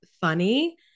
funny